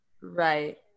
right